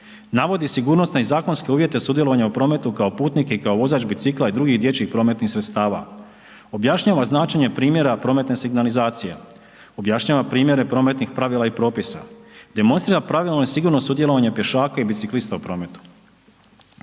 navodi sigurnosne i zakonske uvjete sudjelovanja u prometu kao putnike i kao vozač bicikla i drugih dječjih prometnih sredstava, objašnjava značenje primjera prometne signalizacije, objašnjava primjere prometnih pravila i propisa, demonstrira pravilno i sigurno sudjelovanje pješaka i biciklista u prometu.